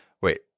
Wait